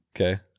Okay